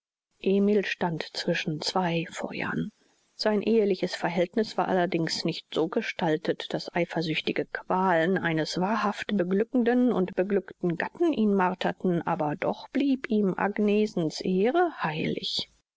emil stand zwischen zwei feuern sein eheliches verhältniß war allerdings nicht so gestaltet daß eifersüchtige qualen eines wahrhaft beglückenden und beglückten gatten ihn marterten aber doch blieb ihm agnesens ehre heilig